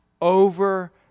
over